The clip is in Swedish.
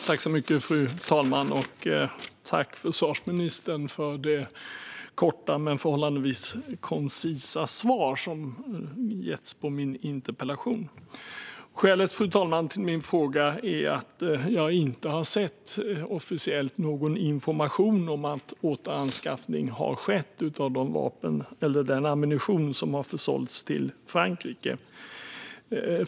Fru talman! Tack, försvarsministern, för det korta och förhållandevis koncisa svaret på min interpellation! Skälet till min fråga är att jag inte har sett någon officiell information om att återanskaffning har skett av den ammunition som har försålts till Frankrike.